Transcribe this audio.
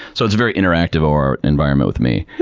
so, it's very interactive or environment with me.